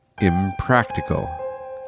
impractical